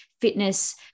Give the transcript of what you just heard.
fitness